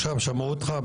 עכשיו שמעו אותך.